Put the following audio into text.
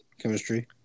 chemistry